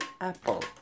Apple